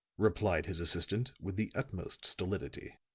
replied his assistant, with the utmost stolidity.